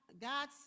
God